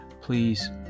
Please